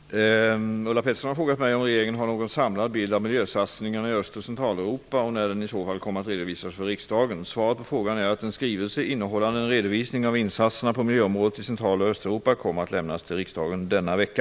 Herr talman! Ulla Pettersson har frågat mig om regeringen har någon samlad bild av miljösatsningarna i Öst och Centraleuropa och när den i så fall kommer att redovisas för riksdagen. Svaret på frågan är att en skrivelse innehållande en redovisning av insatserna på miljöområdet i Central och Östeuropa kommer att lämnas till riksdagen denna vecka.